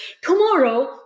Tomorrow